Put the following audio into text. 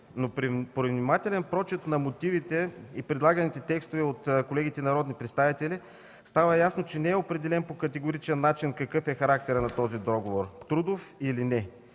При внимателен прочит на мотивите и предлаганите текстове от колегите народни представители става ясно, че не е определено по категоричен начин какъв е характерът на този договор – трудов или не.